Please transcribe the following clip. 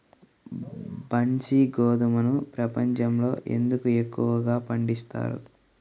బన్సీ గోధుమను ప్రపంచంలో ఎందుకు ఎక్కువగా పండిస్తారు?